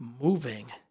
moving